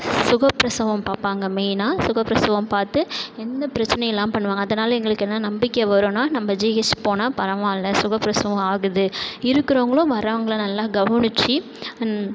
சுக பிரசவம் பார்ப்பாங்க மெய்னாக சுக பிரசவம் பார்த்து எந்த பிரச்சனையில்லாமல் பண்ணுவாங்க அதனால் எங்களுக்கு என்ன நம்பிக்கை வரும்னா நம்ப ஜிஹெச் போனால் பரவாயில்ல சுக பிரசவம் ஆகுது இருக்கறவங்களும் வரவங்களை நல்லா கவனிச்சி